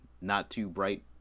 not-too-bright